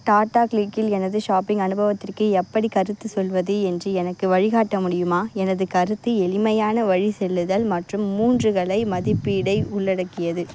டாடா க்ளிக்கில் எனது ஷாப்பிங் அனுபவத்திற்கு எப்படிக் கருத்துச் சொல்வது என்று எனக்கு வழிகாட்ட முடியுமா எனது கருத்து எளிமையான வழி செலுத்தல் மற்றும் மூன்று வேளை மதிப்பீட்டை உள்ளடக்கியது